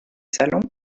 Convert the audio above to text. salons